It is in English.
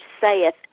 saith